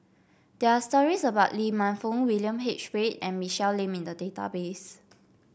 there are stories about Lee Man Fong William H Read and Michelle Lim in the database